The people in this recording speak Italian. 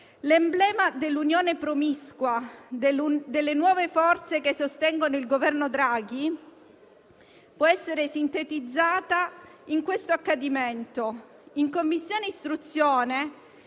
L'emblema dell'unione promiscua delle nuove forze che sostengono il Governo Draghi può essere sintetizzato in questo accadimento: in Commissione istruzione,